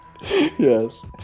Yes